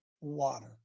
water